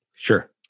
sure